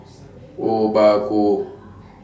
Obaku